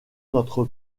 notre